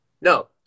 no